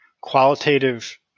qualitative